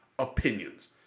opinions